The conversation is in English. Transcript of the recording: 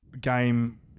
game